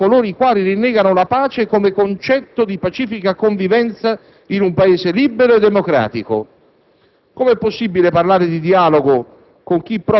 In nome della conservazione di un traballante potere si è arrivati a proporre di dare voce a chi delle parole non si è mai servito,